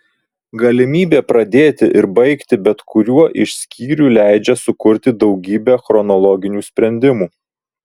galimybė pradėti ir baigti bet kuriuo iš skyrių leidžia sukurti daugybę chronologinių sprendimų